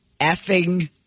effing